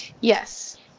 Yes